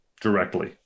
directly